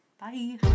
Bye